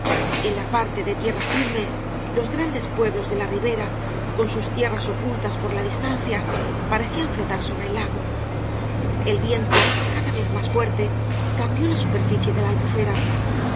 en la parte de tierra firme los grandes pueblos de la ribera con sus tierras ocultas por la distancia parecían flotar sobre el lago el viento cada vez más fuerte cambió la superficie de la albufera